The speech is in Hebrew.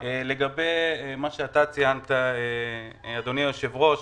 לגבי מה שאתה ציינת, אדוני היושב-ראש,